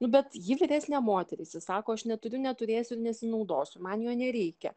nu bet ji vyresnė moteris ji sako aš neturiu neturėsiu nesinaudosiu man jo nereikia